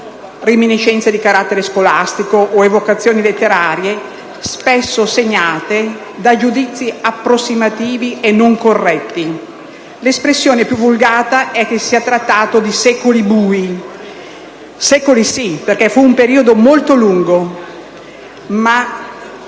reminiscenze di carattere scolastico o evocazioni letterarie, spesso segnate da giudizi approssimativi e non corretti. L'espressione della *vulgata* corrente è che si è trattato di secoli bui. Secoli sì, perché fu un periodo molto lungo, ma